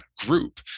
group